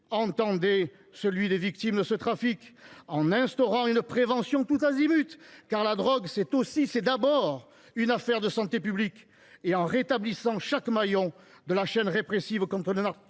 Entendez l’appel des victimes de ce trafic, en instaurant une prévention tous azimuts, car la drogue c’est aussi et d’abord une affaire de santé publique, et en rétablissant chaque maillon de la chaîne répressive contre le narcotrafic.